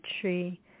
tree